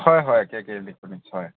হয় হয় কে কে ইলেক্ট্ৰনিকছ হয়